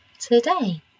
today